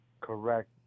Correct